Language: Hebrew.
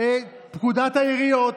לתיקון פקודת העיריות,